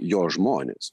jo žmonės